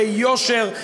ביושר,